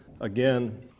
again